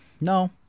no